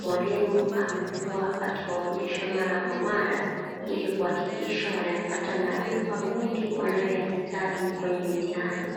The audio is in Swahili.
mwalimu amekuwa akiwaonyesha mara kwa mara, ili kuhakikisha wanayapata maarifa mengi wanayoyahitaji kwenye mitihani.